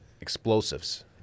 explosives